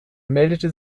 meldete